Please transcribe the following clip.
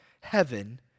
heaven